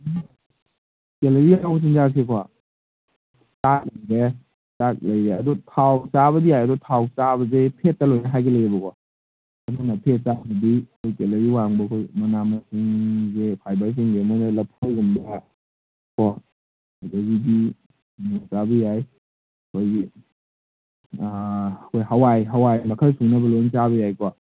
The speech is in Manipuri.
ꯀꯦꯂꯣꯔꯤ ꯌꯥꯎꯕ ꯆꯤꯟꯖꯥꯛꯁꯦꯀꯣ ꯆꯥꯛ ꯂꯩꯔꯦ ꯑꯗꯣ ꯊꯥꯎ ꯆꯥꯕꯗꯤ ꯌꯥꯏ ꯑꯗꯣ ꯊꯥꯎ ꯆꯥꯕꯁꯦ ꯐꯦꯠꯇ ꯂꯣꯏꯅ ꯍꯥꯏꯒꯠꯂꯛꯑꯦꯕꯀꯣ ꯑꯗꯨꯅ ꯐꯦꯠꯇ ꯑꯩꯈꯣꯏ ꯀꯦꯂꯣꯔꯤ ꯋꯥꯡꯕ ꯑꯩꯈꯣꯏ ꯃꯅꯥ ꯃꯁꯤꯡꯖꯦ ꯐꯥꯏꯕꯔꯁꯤꯡꯁꯦ ꯃꯣꯏꯅ ꯂꯐꯣꯏꯒꯨꯝꯕꯀꯣ ꯑꯗꯒꯤꯗꯤ ꯀꯩꯅꯣ ꯆꯥꯕ ꯌꯥꯏ ꯑꯩꯈꯣꯏꯒꯤ ꯍꯋꯥꯏ ꯃꯈꯜ ꯁꯨꯅꯕ ꯂꯣꯏ ꯆꯥꯕ ꯌꯥꯏꯀꯣ